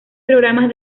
programas